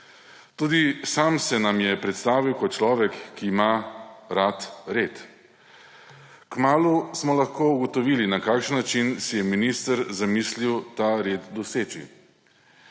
Tudi sam se nam je predstavil kot človek, ki ima rad red. Kmalu smo lahko ugotovili, na kakšen način si je minister zamislil ta red doseči.